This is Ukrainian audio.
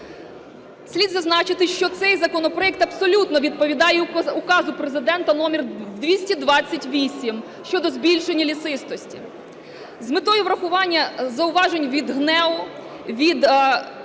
Слід зазначити, що цей законопроект абсолютно відповідає Указу Президента № 228 щодо збільшення лісистості. З метою врахування зауважень від ГНЕУ, від